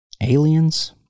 Aliens